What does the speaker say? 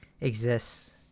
exists